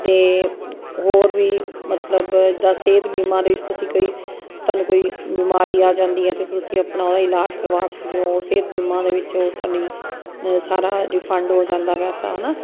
ਅਤੇ ਹੋਰ ਵੀ ਮਤਲਬ ਜਿੱਦਾਂ ਸਿਹਤ ਬੀਮਾ ਦੇ ਵਿੱਚ ਤੁਸੀਂ ਕਈ ਤੁਹਾਨੂੰ ਕੋਈ ਬਿਮਾਰੀ ਆ ਜਾਂਦੀ ਹੈ ਤਾਂ ਤੁਸੀਂ ਆਪਣਾ ਉਹਦਾ ਇਲਾਜ ਕਰਵਾ ਸਕਦੇ ਹੋ ਉਸ ਬੀਮਾ ਦੇ ਵਿੱਚ ਉਹ ਤੁਹਾਨੂੰ ਸਾਰਾ ਰਿਫੰਡ ਹੋ ਜਾਂਦਾ ਪੈਸਾ ਹੈ ਨਾ